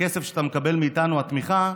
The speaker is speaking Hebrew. הכסף שאתה מקבל מאיתנו, התמיכה,